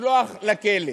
לשלוח לכלא?